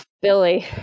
Billy